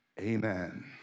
Amen